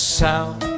sound